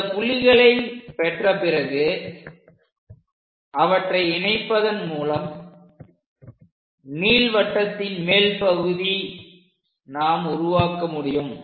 இந்த புள்ளிகளைப் பெற்ற பிறகு அவற்றை இணைப்பதன் மூலம் நீள்வட்டத்தின் மேல் பகுதி நாம் உருவாக்க முடியும்